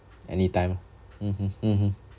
anytime ah mmhmm mmhmm